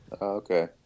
Okay